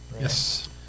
Yes